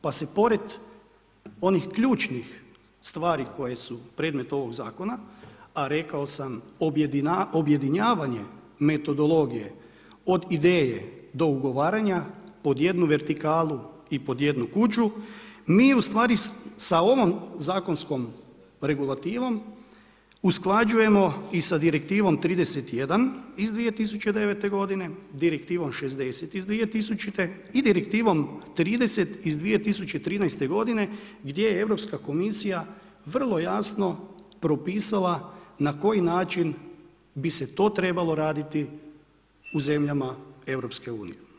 Pa se pored onih ključnih stvari koje su predmet ovog zakona, a rekao sam objedinjavanjem metodologije od ideje do ugovaranja pod jednu vertikalu i pod jednu kuću mi ustvari sa ovom zakonskom regulativom usklađujemo i sa direktivom 31 iz 2009. godine, direktivom 60 iz 2000. i direktivom 30 iz 2013. godine gdje je Europska komisija vrlo jasno propisala na koji način bi se to trebalo raditi u zemljama EU.